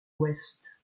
ouest